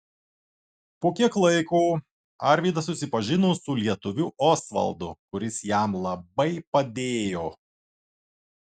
po kiek laiko arvydas susipažino su lietuviu osvaldu kuris jam labai padėjo